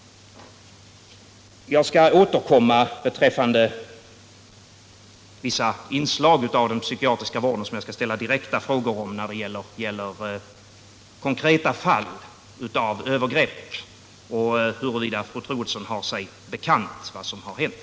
Jag skall återkomma beträffande vissa inslag i den psykiatriska vården och ställa direkta frågor, huruvida fru Troedsson har sig bekant vad som har hänt när det gäller några konkreta fall av övergrepp.